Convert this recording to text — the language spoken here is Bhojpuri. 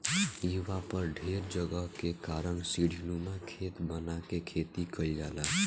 इहवा पर ढेर जगह के कारण सीढ़ीनुमा खेत बना के खेती कईल जाला